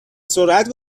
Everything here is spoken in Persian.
سرعت